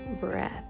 breath